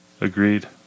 Agreed